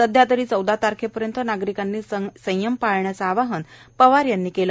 सध्या तरी चौदा तारखेपर्यंत नागरिकांनी संयम पाळण्याचं आवाहन पवार यांनी केलं